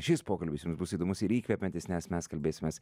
šis pokalbis jums bus įdomus ir įkvepiantis nes mes kalbėsimės